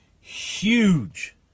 huge